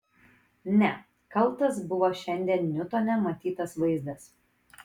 ne kaltas buvo šiandien niutone matytas vaizdas